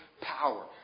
power